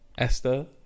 Esther